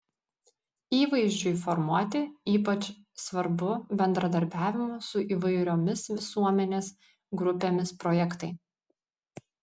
įvaizdžiui formuoti ypač svarbu bendradarbiavimo su įvairiomis visuomenės grupėmis projektai